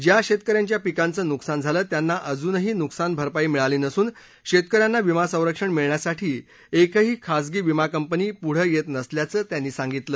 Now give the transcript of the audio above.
ज्या शेतकऱ्यांच्या पिकांचं नुकसान झालं त्यांना अजूनही नुकसानभरपाई मिळाली नसून शेतकऱ्यांना विमासंरक्षण मिळण्यासाठी एकही खासगी विमा कंपनी पुढं येत नसल्याचं त्यांनी सांगितलं